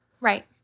Right